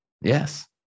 Yes